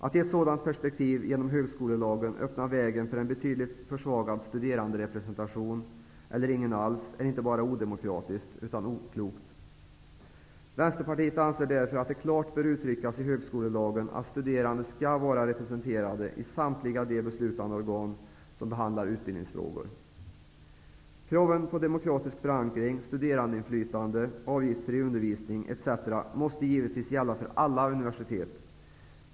Att i ett sådant perspektiv genom högskolelagen öppna vägen för en betydligt försvagad studeranderepresentation, eller ingen alls, är inte bara odemokratiskt utan oklokt. Vänsterpartiet anser därför att det klart bör uttryckas i högskolelagen att studerande skall vara representerade i samtliga de beslutande organ som behandlar utbildningsfrågor. Kraven på demokratisk förankring, studerandeinflytande, avgiftsfri undervisning etc. måste givetvis gälla för alla universitet.